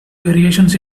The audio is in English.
variations